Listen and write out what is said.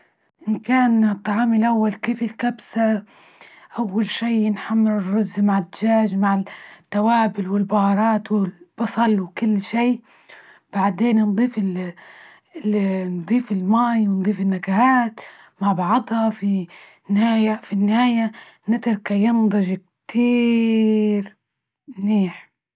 إن كان طعامى الأول، كيف الكبسة؟ أول شي نحمر الرز مع الدجاج مع التوابل والبهارات والبصل وكل شي، بعدين نضيف ال- إللي نضيف الماي ونضيف النكهات مع بعضها، في النهاية، في النهاية نتركه ينضج كتيييير منيح.